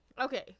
okay